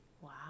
Wow